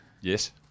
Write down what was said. Yes